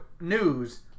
news